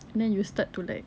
and then you start to like